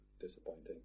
disappointing